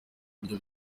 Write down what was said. buryo